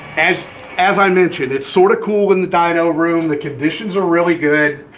as as i mentioned, it's sort of cool in the dyno room the conditions are really good.